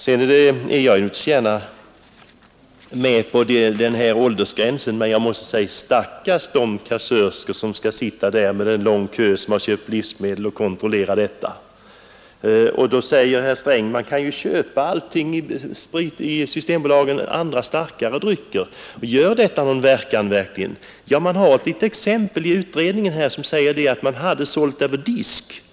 Jag är gärna med på den här föreslagna åldersgränsen, men jag måste säga: Stackars de kassörskor som skall sitta och kontrollera 18-årsgränsen när kanske en lång kö som har köpt livsmedel väntar! Då säger herr Sträng: Man kan ju köpa starkare drycker i Systembutikerna, gör detta egentligen någon verkan? Ja, från utredningen har vi ett exempel där man hade sålt över disk.